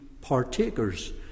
partakers